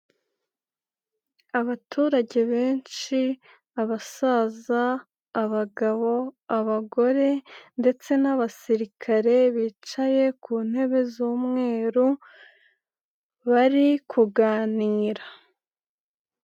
Abaturage benshi, abasaza, abagabo, abagore ndetse n'abasirikare, bicaye ku ntebe z'umweru, bari kuganira.